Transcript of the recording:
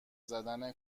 زدم